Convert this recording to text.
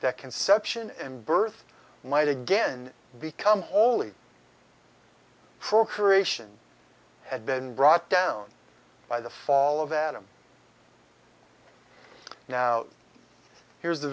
inception and birth might again become holy procreation had been brought down by the fall of adam now here's the